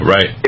Right